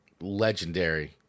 legendary